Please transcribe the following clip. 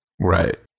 Right